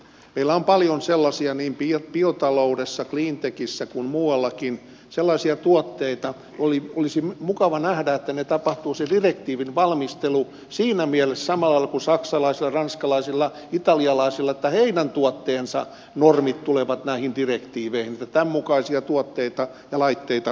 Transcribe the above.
meillä on paljon sellaisia tuotteita niin biotaloudessa cleantechissä kuin muuallakin että olisi mukava nähdä että se direktiivin valmistelu tapahtuisi siinä mielessä samalla lailla kuin saksalaisilla ranskalaisilla italialaisilla että heidän tuotteidensa normit tulevat näihin direktiiveihin että tämänmukaisia tuotteita ja laitteita hyväksytään